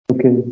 Okay